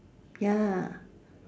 ya